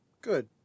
Good